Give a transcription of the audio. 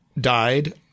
died